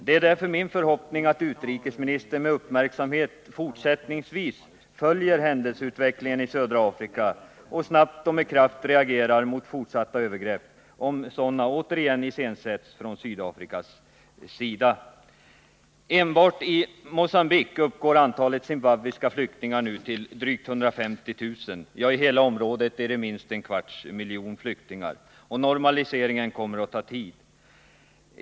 Det är därför min förhoppning att utrikesministern med uppmärksamhet följer händelseutvecklingen i södra Afrika och snabbt och med kraft reagerar mot fortsatta övergrepp, om sådana återigen iscensätts från Sydafrikas sida. Enbart i Mogambique uppgår antalet zimbabwiska flyktingar nu till drygt 150 000. I hela området är det minst en kvarts miljon flyktingar. Normaliseringen kommer att ta tid.